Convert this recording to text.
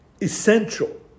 essential